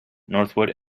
northwood